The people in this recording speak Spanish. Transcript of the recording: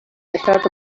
estrato